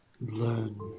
learn